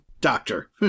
Doctor